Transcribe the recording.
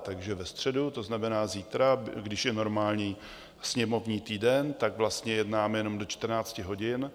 Takže ve středu, to znamená zítra, když je normální sněmovní týden, tak vlastně jednáme jenom do 14 hodin.